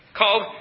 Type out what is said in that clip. called